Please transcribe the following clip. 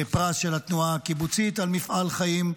פרס של התנועה הקיבוצית על מפעל חיים.